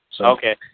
Okay